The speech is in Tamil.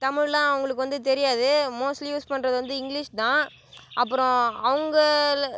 தமிழெல்லாம் அவர்களுக்கு வந்து தெரியாது மோஸ்ட்லி யூஸ் பண்ணுறது வந்து இங்கிலீஷ் தான் அப்புறம் அவங்களை